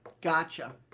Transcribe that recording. gotcha